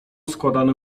składane